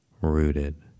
rooted